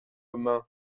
main